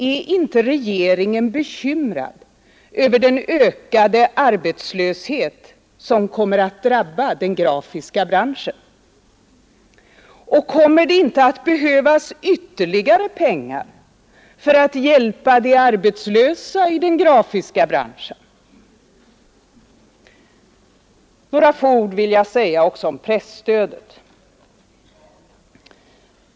Är inte regeringen bekymrad över den ökade arbetslöshet som kommer att drabba den grafiska branschen, och kommer det inte att behövas ytterligare pengar för att hjälpa de arbetslösa i den grafiska branschen? Några få ord vill jag säga också om presstödet.